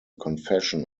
confession